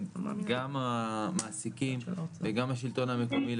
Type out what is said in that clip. גם המעסיקים וגם השלטון המקומי,